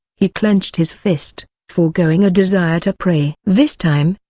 he clenched his fist, foregoing a desire to pray. this time,